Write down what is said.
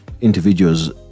individuals